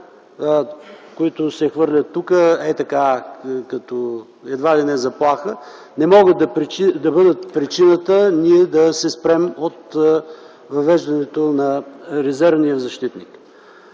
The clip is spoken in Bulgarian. които се хвърлят тук ей така, едва ли не като заплаха, не могат да бъдат причината ние да се спрем от въвеждането на резервния защитник.